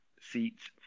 seats